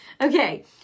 Okay